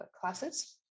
classes